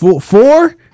four